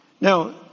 Now